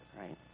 right